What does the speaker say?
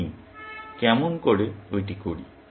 আমি কেমন করে ঐটি করি